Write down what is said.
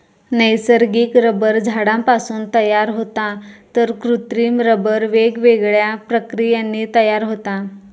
नैसर्गिक रबर झाडांपासून तयार होता तर कृत्रिम रबर वेगवेगळ्या प्रक्रियांनी तयार होता